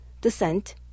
descent